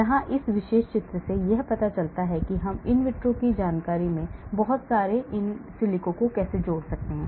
यहाँ इस विशेष चित्र से पता चलता है कि हम in vitro की जानकारी में बहुत सारे in silico को कैसे जोड़ सकते हैं